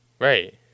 Right